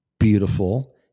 beautiful